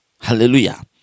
Hallelujah